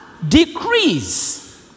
decrease